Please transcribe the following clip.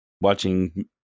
watching